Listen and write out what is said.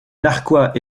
narquois